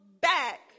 back